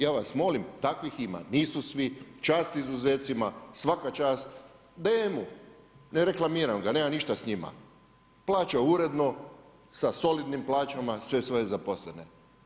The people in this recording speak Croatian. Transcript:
Ja vas molim, takvih ima, nisu svi, čast izuzecima, svaka čast DM-u, ne reklamiram ga, nemam ništa s njima, plaća je uredno, sa solidnim plaćama, sve svoje zaposlene.